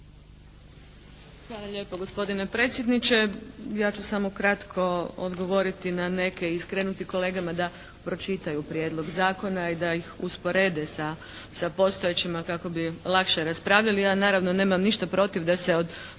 Hvala lijepo gospodine predsjedniče. Ja ću samo kratko odgovoriti na neke i skrenuti kolegama da pročitaju prijedlog zakona i da ih usporede sa postojećim kako bi lakše raspravljali, a naravno nemam ništa protiv da neki